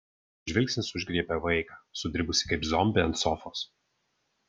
žvilgsnis užgriebė vaiką sudribusį kaip zombį ant sofos